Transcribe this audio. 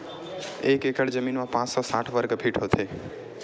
एक एकड़ जमीन मा पांच सौ साठ वर्ग फीट होथे